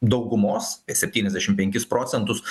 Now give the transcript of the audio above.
daugumos septyniasdešim penkis procentus